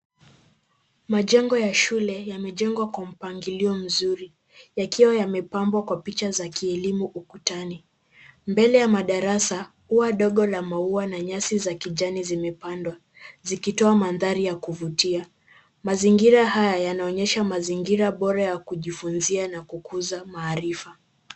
Majengo ya shule yamejengwa kwa mpangilio mzuri, yakiwa yamepambwa kwa picha za kielimu ukutani. Mbele ya madarasa, ua dogo la maua na nyasi za kijani zimepandwa, zikitoa mandhari ya kuvutia. Mazingira haya yanaonyesha mazingira bora ya kujifunzia na kukuza maarifa.